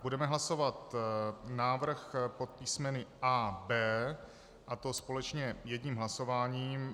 Budeme hlasovat návrh pod písmeny AB, a to společně jedním hlasováním.